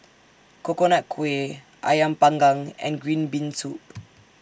Coconut Kuih Ayam Panggang and Green Bean Soup